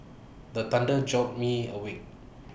the thunder jolt me awake